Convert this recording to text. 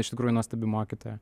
iš tikrųjų nuostabi mokytoja